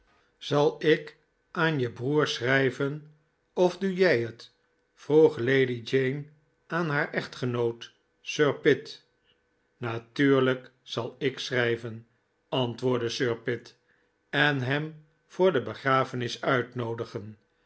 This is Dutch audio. zal ik aan je broer schrijven of doe jij het vroeg lady jane aan haar echtgenoot sir pitt natuurlijk zal ik schrijven antwoordde sir pitt en hem voor de begrafenis uitnoodigen